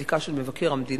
נוסף על הבדיקה של מבקר המדינה,